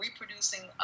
reproducing